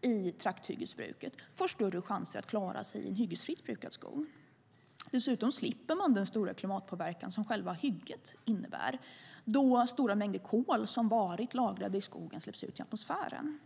i trakthyggesbruket får större chanser att klara sig i en hyggesfritt brukad skog. Dessutom slipper man den stora klimatpåverkan som själva hygget innebär, då stora mängder kol som varit lagrade i skogen släpps ut i atmosfären.